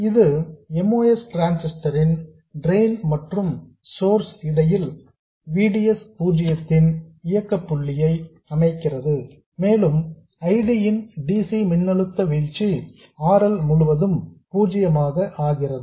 இது MOS டிரான்ஸிஸ்டரின் drain மற்றும் சோர்ஸ் இடையில் VDS பூஜ்ஜியத்தின் இயக்க புள்ளியை அமைக்கிறது மேலும் IDஇன் dc மின்னழுத்த வீழ்ச்சி R L முழுவதும் பூஜ்யமாக ஆகிறது